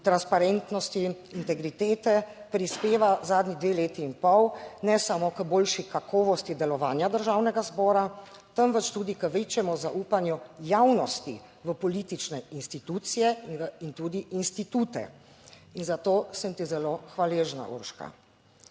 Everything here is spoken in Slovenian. transparentnosti, integritete, prispeva zadnji dve leti in pol ne samo k boljši kakovosti delovanja Državnega zbora, temveč tudi k večjemu zaupanju javnosti v politične institucije in tudi institute. In za to sem ti zelo hvaležna, Urška.